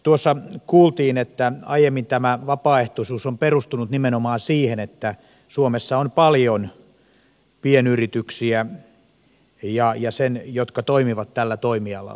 tuossa kuultiin että aiemmin tämä vapaaehtoisuus on perustunut nimenomaan siihen että suomessa on paljon pienyrityksiä jotka toimivat tällä toimialalla